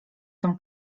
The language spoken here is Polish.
tym